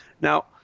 Now